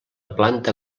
planta